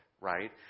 right